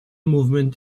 movement